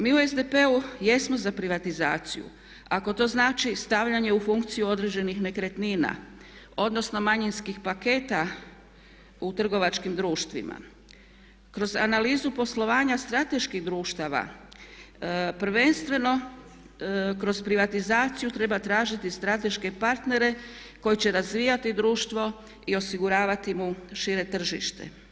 Mi u SDP-u jesmo za privatizaciju ako to znači stavljanje u funkciju određenih nekretnina odnosno manjinskih paketa u trgovačkim društvima kroz analizu poslovanja strateških društava prvenstveno kroz privatizaciju treba tražiti strateške partner koji će razvijati društvo i osiguravati mu šire tržište.